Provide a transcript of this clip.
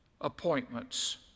appointments